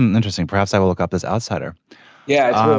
and interesting. perhaps i will look up his outsider yeah.